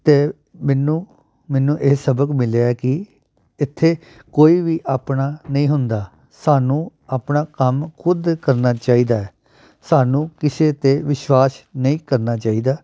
ਅਤੇ ਮੈਨੂੰ ਮੈਨੂੰ ਇਹ ਸਬਕ ਮਿਲਿਆ ਕਿ ਇੱਥੇ ਕੋਈ ਵੀ ਆਪਣਾ ਨਹੀਂ ਹੁੰਦਾ ਸਾਨੂੰ ਆਪਣਾ ਕੰਮ ਖੁਦ ਕਰਨਾ ਚਾਹੀਦਾ ਹੈ ਸਾਨੂੰ ਕਿਸੇ 'ਤੇ ਵਿਸ਼ਵਾਸ ਨਹੀਂ ਕਰਨਾ ਚਾਹੀਦਾ